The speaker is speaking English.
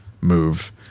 move